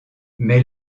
mais